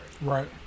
Right